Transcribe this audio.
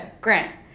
Grant